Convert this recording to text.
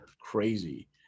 crazy